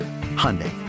Hyundai